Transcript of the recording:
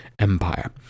empire